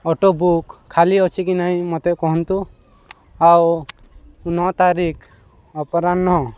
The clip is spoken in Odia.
ଅଟୋ ବୁକ୍ ଖାଲି ଅଛି କି ନାହିଁ ମତେ କୁହନ୍ତୁ ଆଉ ନଅ ତାରିଖ୍ ଅପରାହ୍ନ